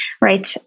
right